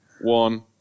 one